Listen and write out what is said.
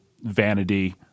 vanity